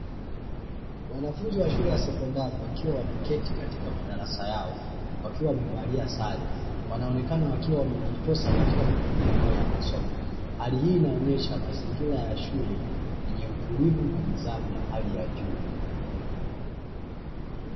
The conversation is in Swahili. Wanafunzi wa shule ya sekondari wakiwa wameketi katika madarasa yao wakiwa wamevalia sare wanaonekana wakiwa wamejitosa katika majukumu yao ya masomo hali hii inaonyesha mazingira ya shule yenye utulivu na nidhamu ya hali ya juu.